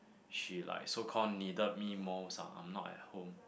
she like so call needed me most ah I'm not at home